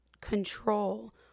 control